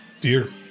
Dear